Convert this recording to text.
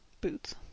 Boots